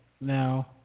now